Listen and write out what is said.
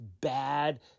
bad